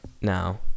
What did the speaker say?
now